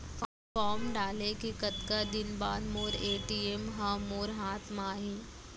Form डाले के कतका दिन बाद मोर ए.टी.एम ह मोर हाथ म आही?